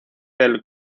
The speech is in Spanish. del